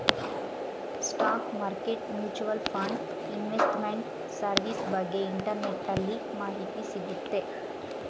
stock market mutual fund investment service ಬಗ್ಗೆ ಇಂಟರ್ನೆಟ್ಟಲ್ಲಿ ಮಾಹಿತಿ ಸಿಗುತ್ತೆ